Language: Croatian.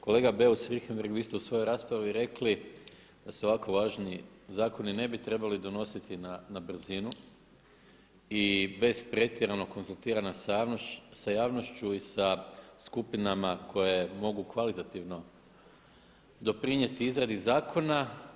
Kolega Beus-Richembergh, vi ste u svojoj raspravi rekli da se ovako važni zakoni ne bi trebali donositi na brzinu i bez pretjeranog konzultiranja sa javnošću i sa skupinama koje mogu kvalitativno doprinijeti izradi zakona.